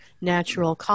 natural